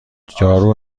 جارو